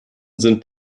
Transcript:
sind